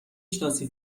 شناسی